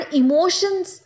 emotions